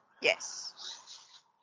Yes